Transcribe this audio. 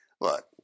Look